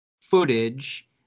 footage